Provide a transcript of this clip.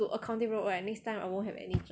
to accounting route right next time I won't have any job